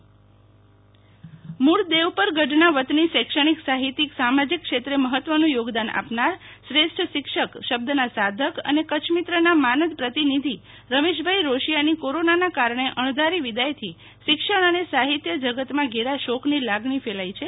શિતલ વૈશ્નવ શ્રેષ્ઠ શિક્ષકનો વિદાય મુળ દવપર ગઢના વતની શૈક્ષણક સાહિત્યિક સામાજીક ક્ષેત્ર મહત્વનું યોગદાન આપનાર શ્રેષ્ઠ શિક્ષક શબ્દના સાધક અને કચ્છામત્રના માનદ પ્રતિનિધિ રમશભાઈ રોશિયાની કોરોનાના કારણે અણધારી વિદાયથી શિક્ષણ અને સાહિત્ય જગતમાં ઘરા શોકની લાગણી ફેલાઈ છે